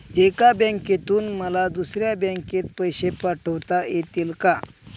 एका बँकेतून मला दुसऱ्या बँकेत पैसे पाठवता येतील का?